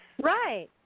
Right